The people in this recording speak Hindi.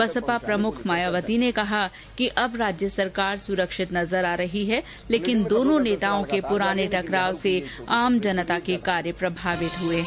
बसपा प्रमुख मायावती ने कहा कि अब राज्य सरकार सुरक्षित नजर आ रही है लेकिन दोनों नेताओं के पुराने टकराव से आम जनता के कार्य प्रभावित हुए है